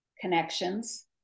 connections